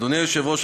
אדוני היושב-ראש,